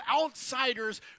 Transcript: outsiders